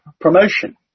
promotion